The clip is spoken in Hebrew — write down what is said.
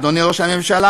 אדוני ראש הממשלה,